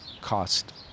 cost